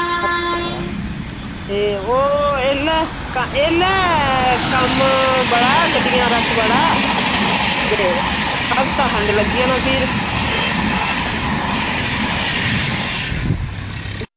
आ ते ओह् ऐल्लै ऐल्लै कम्म बड़ा गड्डियें दा रश बड़ा ते हफ्ता खंड लग्गी जाना फिर